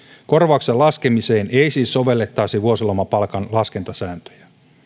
korvauksen laskemiseen ei siis sovellettaisi vuosilomapalkan laskentasääntöjä